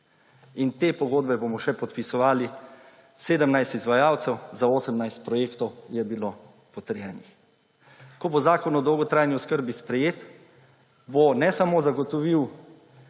in te pogodbe bomo še podpisovali. 17 izvajalcev za 18 projektov je bilo potrjenih. Ko bo Zakon o dolgotrajni oskrbi sprejet bo ne samo zagotovil